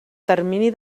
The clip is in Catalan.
termini